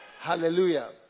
Hallelujah